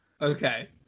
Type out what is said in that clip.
Okay